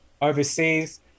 overseas